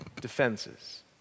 defenses